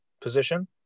position